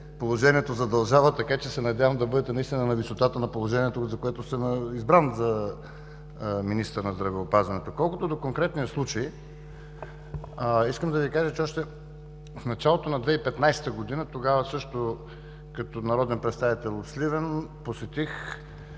„Положението задължава“. Така че се надявам да бъдете наистина на висотата на положението, за което сте избран – за министър на здравеопазването. Колкото до конкретния случай, искам да Ви кажа, че още в началото на 2015 г., също като народен представител от Сливен, посетих